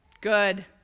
Good